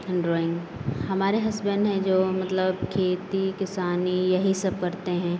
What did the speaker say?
हम ड्राइंग हमारे हस्बैंड हैं जो मतलब खेती किसानी यही सब करते हैं